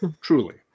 Truly